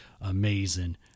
amazing